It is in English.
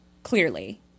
Clearly